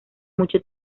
mucho